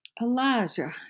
Elijah